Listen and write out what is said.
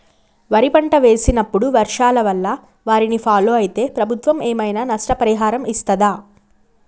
వరి పంట వేసినప్పుడు వర్షాల వల్ల వారిని ఫాలో అయితే ప్రభుత్వం ఏమైనా నష్టపరిహారం ఇస్తదా?